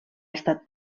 estat